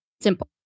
simple